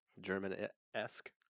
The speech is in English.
German-esque